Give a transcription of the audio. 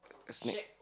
a snake